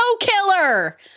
killer